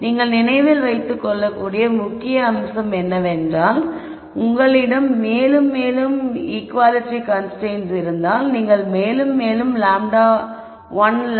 நீங்கள் நினைவில் வைத்துக் கொள்ளக்கூடிய முக்கிய அம்சம் என்னவென்றால் உங்களிடம் மேலும் மேலும் ஈக்குவாலிட்டி கன்ஸ்ரைன்ட்ஸ் இருந்தால் நீங்கள் மேலும் மேலும் λ1 λ2